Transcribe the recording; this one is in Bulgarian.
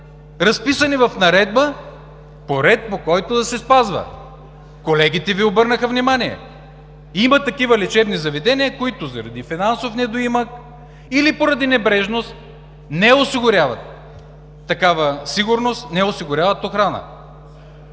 разписани в наредба по ред, по който да се спазва. Колегите Ви обърнаха внимание. Има такива лечебни заведения, които заради финансов недоимък или поради небрежност не осигуряват такава сигурност, не осигуряват охрана.